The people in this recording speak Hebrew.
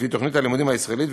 לפי תוכנית הלימודים הישראלית,